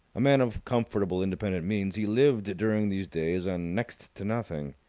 a man of comfortable independent means, he lived during these days on next to nothing.